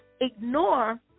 ignore